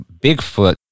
Bigfoot